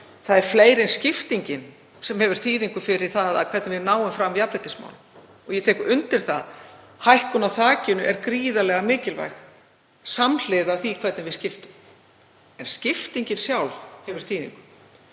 það er fleira en skiptingin sem hefur þýðingu fyrir það hvernig við náum fram jafnrétti. Ég tek undir það. Hækkun á þakinu er gríðarlega mikilvæg samhliða því hvernig við skiptum. En skiptingin sjálf hefur þýðingu.